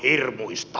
hirmuista